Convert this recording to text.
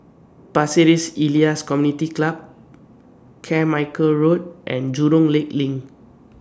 Pasir Ris Elias Community Club Carmichael Road and Jurong Lake Lane